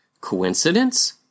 Coincidence